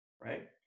right